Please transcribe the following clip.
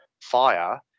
fire